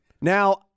Now